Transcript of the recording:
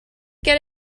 get